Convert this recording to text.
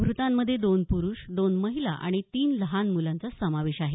मृतांमध्ये दोन पुरुष दोन महिला आणि तीन लहान मूलांचा समावेश आहे